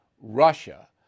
Russia